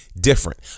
different